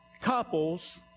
couples